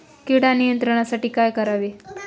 कीड नियंत्रणासाठी काय करावे?